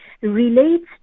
relates